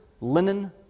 linen